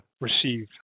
receive